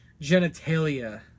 genitalia